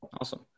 awesome